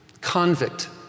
Convict